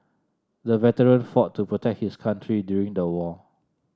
the veteran fought to protect his country during the war